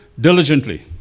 diligently